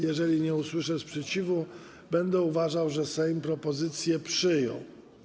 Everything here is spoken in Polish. Jeżeli nie usłyszę sprzeciwu, będę uważał, że Sejm propozycje przyjął.